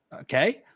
okay